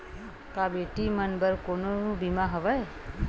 का बेटी मन बर कोनो बीमा हवय?